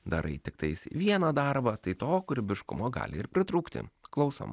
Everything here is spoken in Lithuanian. darai tiktais vieną darbą tai to kūrybiškumo gali ir pritrūkti klausom